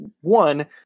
one